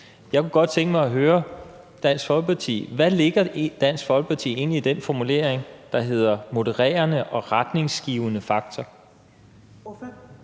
Jeg kunne godt tænke mig at høre Dansk Folkeparti: Hvad lægger Dansk Folkeparti egentlig i den formulering, der hedder »modererende og retningsgivende faktor«?